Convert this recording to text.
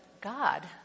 god